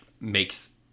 makes